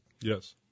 Yes